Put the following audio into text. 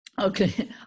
Okay